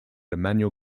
emmanuel